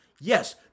Yes